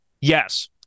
Yes